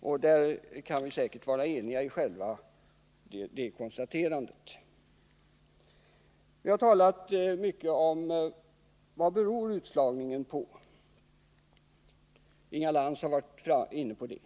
Vi kan säkert vara eniga om det konstaterandet. Man har talat mycket om vad utslagningen kan bero på. Inga Lantz var inne på detta.